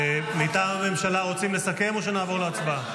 מטעם הממשלה רוצים לסכם או שנעבור להצבעה?